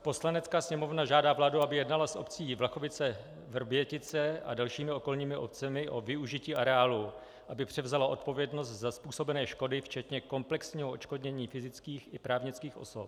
Poslanecká sněmovna žádá vládu, aby jednala s obcí VlachoviceVrbětice a dalšími okolními obcemi o využití areálu, aby převzala odpovědnost za způsobené škody včetně komplexního odškodnění fyzických i právnických osob.